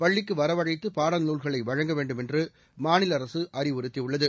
பள்ளிக்கு வரவழைத்து பாடநூல்களை வழங்க வேண்டும் என்று மாநில அரசு அறிவுறுத்தியுள்ளது